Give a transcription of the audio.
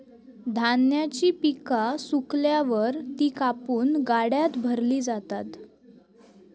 धान्याची पिका सुकल्यावर ती कापून गाड्यात भरली जातात